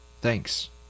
Thanks